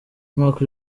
umwaka